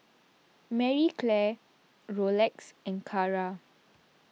Marie Claire Rolex and Kara